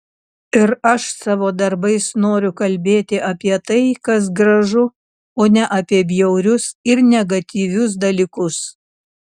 ir aš savo darbais noriu kalbėti apie tai kas gražu o ne apie bjaurius ir negatyvius dalykus